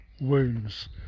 wounds